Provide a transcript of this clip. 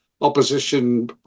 opposition